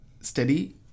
steady